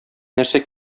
нәрсә